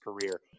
career